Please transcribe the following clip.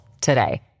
today